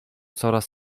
coraz